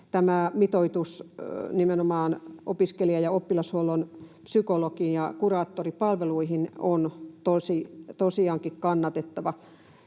tämä mitoitus nimenomaan opiskelija‑ ja oppilashuollon psykologi‑ ja kuraattoripalveluihin on tosiaankin kannatettava.